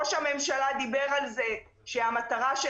ראש הממשלה דיבר על זה שהמטרה של